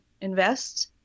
invest